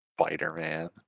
Spider-Man